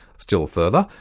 still further,